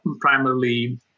primarily